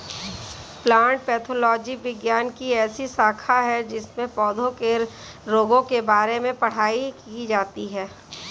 plant pathology विज्ञान की ऐसी शाखा है जिसमें पौधों के रोगों के बारे में पढ़ाई की जाती है